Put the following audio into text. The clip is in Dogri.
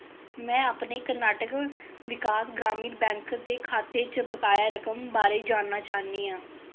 मैं अपने कर्नाटक विकास ग्रामीण बैंक दे खाते च बकाया रकम बारै जानना चाह्न्नी आं